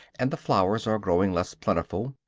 and the flowers are growing less plentiful,